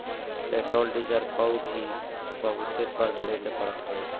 petrol diesel पअ भी बहुते कर देवे के पड़त हवे